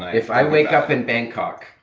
if i wake up in bangkok,